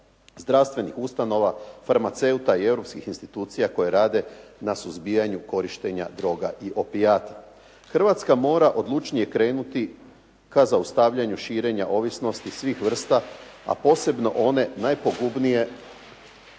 zdravstvenih ustanova, farmaceuta i europskih institucija koje rade na suzbijanju korištenja droga i opijata. Hrvatska mora odlučnije krenuti ka zaustavljanju širenja ovisnosti svih vrsta, a posebno one najpogubnije